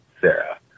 Sarah